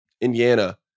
Indiana